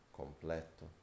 completo